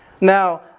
Now